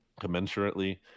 Commensurately